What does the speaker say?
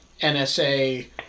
NSA